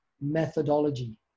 methodology